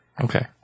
Okay